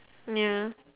ya